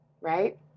right